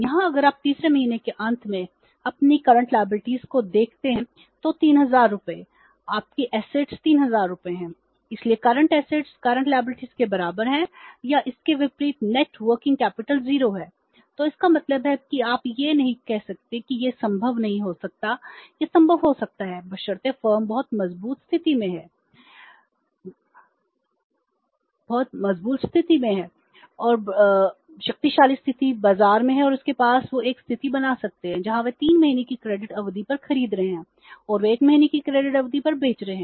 यहां अगर आप तीसरे महीने के अंत में अपनी करंट लायबिलिटीज 0 है तो इसका मतलब है कि आप यह नहीं कह सकते कि यह संभव नहीं हो सकता है यह संभव हो सकता है बशर्ते फर्म बहुत मजबूत स्थिति शक्तिशाली स्थिति हो बाजार में और उनके पास या वे एक स्थिति बना सकते हैं जहां वे 3 महीने की क्रेडिट अवधि पर खरीद रहे हैं और वे 1 महीने की क्रेडिट अवधि पर बेच रहे हैं